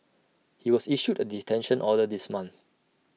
he was issued A detention order this month